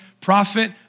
prophet